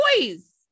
boys